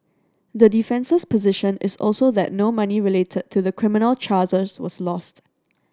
the defence's position is also that no money related to the criminal charges was lost